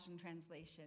Translation